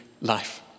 life